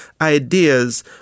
ideas